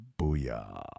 booyah